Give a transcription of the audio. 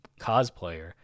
cosplayer